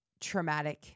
traumatic